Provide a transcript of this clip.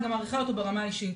אני גם מעריכה אותו ברמה אישית,